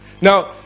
Now